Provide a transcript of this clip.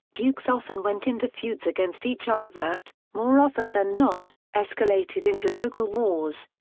dukes often went into feuds against each other that, more often than not, escalated into local wars.